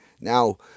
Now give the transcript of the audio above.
Now